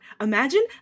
imagine